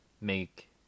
make